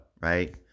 right